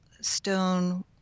stone